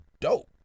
dope